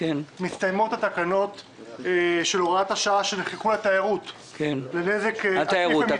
מסתיימות התקנות של הוראת השעה שנחקקו לתיירות -- מה תיירות?